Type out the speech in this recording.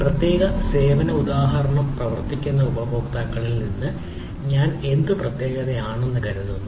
പ്രത്യേക സേവന ഉദാഹരണം പ്രവർത്തിക്കുന്ന ഉപഭോക്താക്കളിൽ നിന്ന് ഞാൻ എന്റെ പ്രത്യേകതയാണെന്ന് ഞാൻ കരുതുന്നു